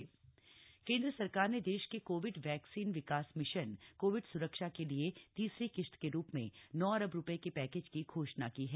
Covid vaccine केंद्र सरकार ने देश के कोविड वैक्सीन विकास मिशन कोविड स्रक्षा के लिए तीसरी किश्त के रूप में नौ अरब रुपये के पैकेज की घोषणा की है